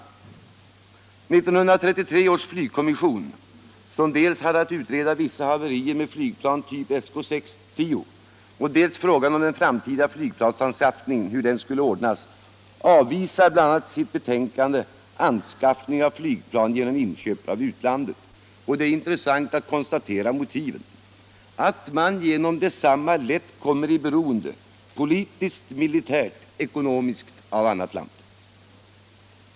1933 års flygkommission, som hade att utreda dels vissa haverier med flygplan av typ Sk 10, dels frågan om hur den framtida flygplansanskaffningen skulle ordnas avvisar bl.a. i sitt betänkande anskaffningen av flygplan genom inköp från utlandet. Det är intressant att konstatera motiven, nämligen att ”man genom detsamma lätt kommer i beroende av annat land”.